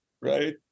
right